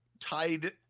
tied